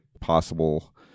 possible